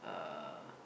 uh